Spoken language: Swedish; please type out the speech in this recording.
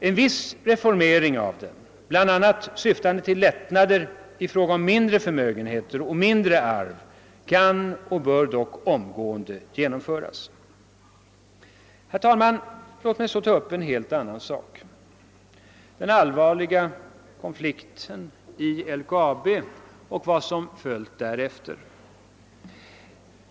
En viss reformering av den, bl.a. syftande till lättnader i fråga om beskattningen av mindre förmögenheter och mindre arv, kan och bör dock omgående genomföras. Herr talman! Låt mig så ta upp en helt annan sak: den allvarliga konflikten vid LKAB och vad som följt på den.